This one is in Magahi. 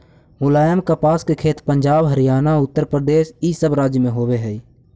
मुलायम कपास के खेत पंजाब, हरियाणा, उत्तरप्रदेश इ सब राज्य में होवे हई